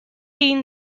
teen